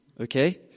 okay